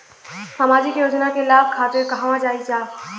सामाजिक योजना के लाभ खातिर कहवा जाई जा?